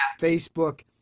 Facebook